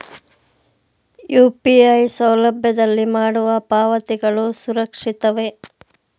UPI ಸೌಲಭ್ಯದಲ್ಲಿ ಮಾಡುವ ಪಾವತಿಗಳು ಸುರಕ್ಷಿತವೇ?